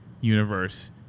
universe